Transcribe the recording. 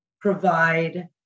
provide